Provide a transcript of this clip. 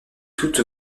toute